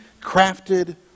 crafted